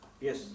Yes